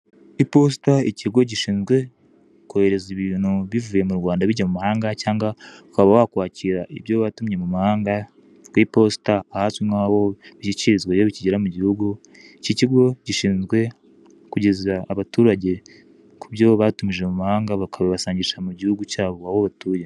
Iposita ikigo gishinzwe kohereza ibintu bivuye mu Rwanda bijya mu mahanga, cyangwa ukaba wakakira ibyo watumye mu mahanga kw'iposita ahazwi nk'aho byinjirizwa iyo bikigera mu gihugu. Iki kigo gishinzwe kugeza abaturage ku byo batumije mu mahanga bakabibasangisha mu gihugu cyabo aho batuye.